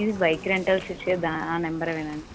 ఇవి bike rentals ఇచ్చే దా ఆ నెంబరేనా అండి